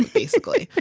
and basically,